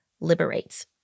liberates